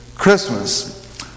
Christmas